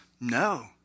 No